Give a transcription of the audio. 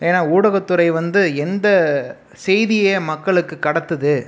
ஏன்னா ஊடகத்துறை வந்து எந்த செய்தியை மக்களுக்கு கடத்துது